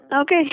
okay